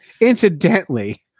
Incidentally